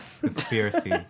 Conspiracy